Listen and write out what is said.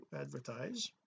advertise